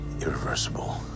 irreversible